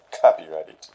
copyrighted